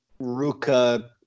Ruka